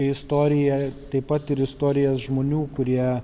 istoriją taip pat ir istorijas žmonių kurie